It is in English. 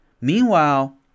meanwhile